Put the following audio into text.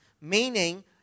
meaning